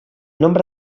nombre